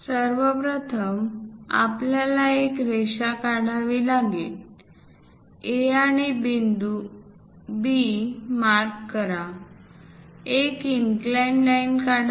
सर्व प्रथम आपल्याला एक रेषा काढावी लागेल A आणि B बिंदू मार्क करा एक इनक्लाइंड लाईन काढा